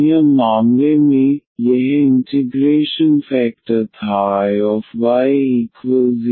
अन्य मामले में यह इंटिग्रेशन फेकटर था Iye∫gydy इसलिए इसके साथ अब हम कुछ उदाहरणों से गुजरेंगे